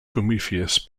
prometheus